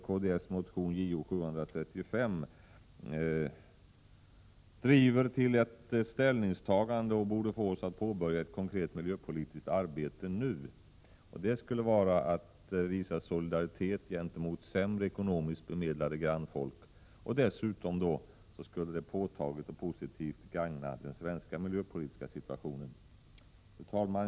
Kds motion Jo735 syftar till att nu påbörja ett konkret miljöpolitiskt arbete, som skulle visa solidaritet gentemot ekonomiskt sämre bemedlade grannfolk och dessutom påtagligt och positivt gagna den svenska miljöpolitiska situationen. Fru talman!